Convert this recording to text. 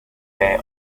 day